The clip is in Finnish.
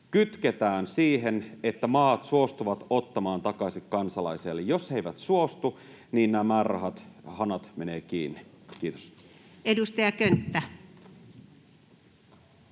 kytketään siihen, että maat suostuvat ottamaan takaisin kansalaisia, eli jos he eivät suostu, niin nämä määrärahahanat menevät kiinni. — Kiitos. [Speech 72]